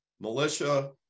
militia